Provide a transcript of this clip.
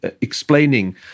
explaining